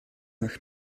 nach